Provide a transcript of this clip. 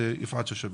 יפעת שאשא ביטון.